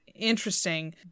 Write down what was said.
interesting